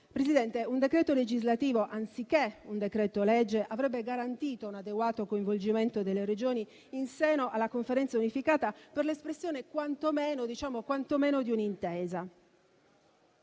Presidente, un decreto legislativo anziché un decreto-legge avrebbe garantito un adeguato coinvolgimento delle Regioni in seno alla Conferenza unificata per l'espressione quantomeno di un'intesa,